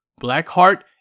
Blackheart